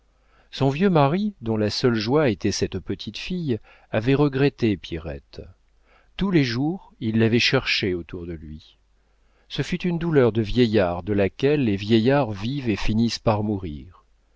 son vieux mari dont la seule joie était cette petite fille avait regretté pierrette tous les jours il l'avait cherchée autour de lui ce fut une douleur de vieillard de laquelle les vieillards vivent et finissent par mourir